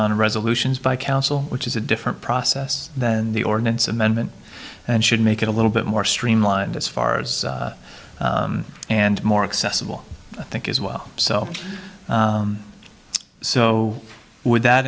on resolutions by council which is a different process than the ordinance amendment and should make it a little bit more streamlined as far as and more accessible i think as well so so with that